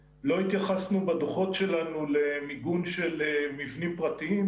בדוחות שלנו לא התייחסנו למיגון של מבנים פרטיים.